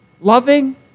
loving